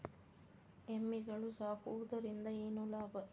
ಎಮ್ಮಿಗಳು ಸಾಕುವುದರಿಂದ ಏನು ಲಾಭ?